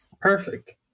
Perfect